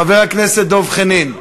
חבר הכנסת דב חנין,